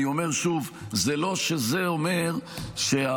אני אומר שוב: זה לא שזה אומר שהפרקליטות